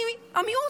אני המיעוט,